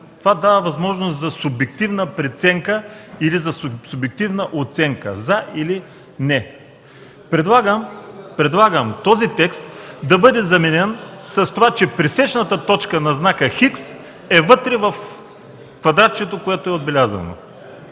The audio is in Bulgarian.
за тълкуване, за субективна преценка или субективна оценка – „за” или „не”. Предлагам този текст да бъде заменен с израз, че пресечната точка на знака „Х” е вътре в квадратчето, което е отбелязано.